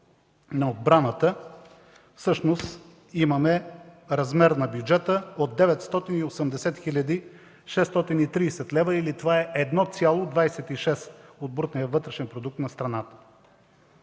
на отбраната, всъщност имаме размер на бюджета 980 мил. 630 хил. лв. или това е 1,26% от брутния вътрешен продукт на страната.